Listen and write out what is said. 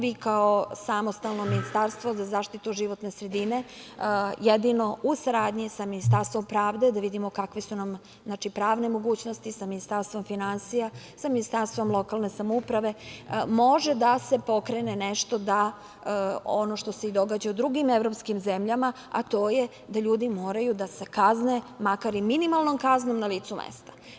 Vi kao samostalno Ministarstvo za zaštitu životne sredine jedino u saradnji sa Ministarstvom pravde, da vidimo kakve su nam pravne mogućnosti, sa Ministarstvom finansija, sa Ministarstvom lokalne samouprave može da se pokrene nešto da ono što se događa u drugim evropskim zemljama, a to je da ljudi moraju da se kazne, makar i minimalnom kaznom, na licu mesta.